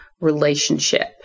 relationship